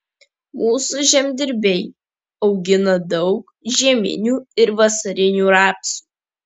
mūsų žemdirbiai augina daug žieminių ir vasarinių rapsų